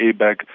airbag